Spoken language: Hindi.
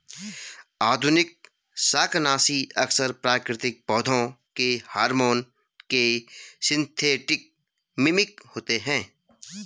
आधुनिक शाकनाशी अक्सर प्राकृतिक पौधों के हार्मोन के सिंथेटिक मिमिक होते हैं